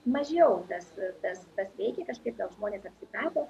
mažiau tas tas veikė kažkaip gal žmonės apsiprato